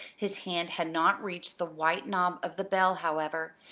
his hand had not reached the white knob of the bell, however,